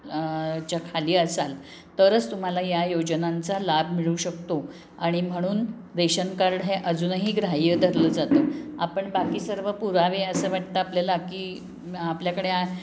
च्याखाली असाल तरच तुम्हाला या योजनांचा लाभ मिळू शकतो आणि म्हणून रेशन कार्ड हे अजूनही ग्राह्य धरलं जातं आपण बाकी सर्व पुरावे असं वाटतं आपल्याला की आपल्याकडे आ